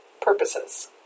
purposes